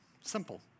Simple